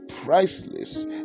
priceless